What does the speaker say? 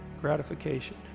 gratification